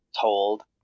told